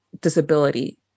disability